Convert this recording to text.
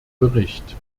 bericht